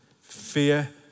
Fear